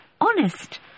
honest